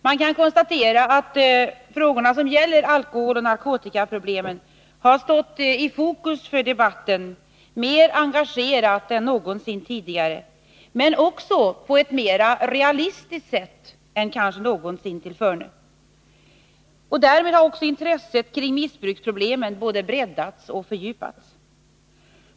Man kan konstatera att frågorna som gäller alkoholoch narkotikaproblemen har stått i fokus för debatten och diskuterats mer engagerat än någonsin tidigare, men också på ett mer realistiskt sätt än kanske någonsin tillförne. Därför har intresset kring missbruksproblemen både breddats och fördjupats.